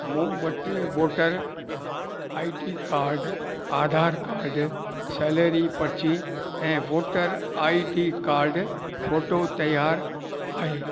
मूं वटि voter I D card Aadhaar card salary पर्ची ऐं voter I D card photo तयार आहे